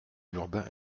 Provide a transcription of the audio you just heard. urbain